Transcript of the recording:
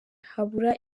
habura